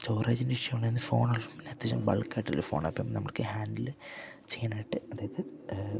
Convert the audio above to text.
സ്റ്റോറേജിൻ്റെ ഇഷ്യുണേ ഫോണുള്ള അത്യവശ്യം ബൾക്കായിട്ടുള്ള ഫോണ അപ്പം നമ്മൾക്ക് ഹാൻഡില് ചെയ്യാനായിട്ട് അതായത്